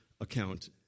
account